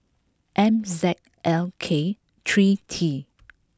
M Z L K three T